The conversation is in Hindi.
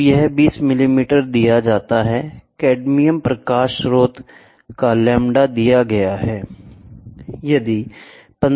तो यह 20 मिलीमीटर दिया जाता है कैडमियम प्रकाश स्रोत का λ दिया गया है